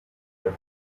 air